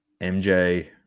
MJ